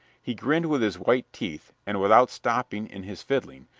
he grinned with his white teeth and, without stopping in his fiddling,